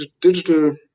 digital